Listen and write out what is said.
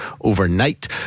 overnight